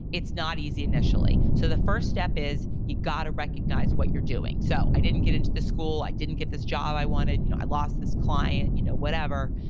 it's not easy initially. so the first step is, you got to recognize what you're doing. so, i didn't get into the school, i didn't get this job i wanted, you know i lost this client, you know whatever,